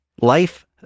Life